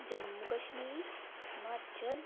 Jammu Kashmir Himachal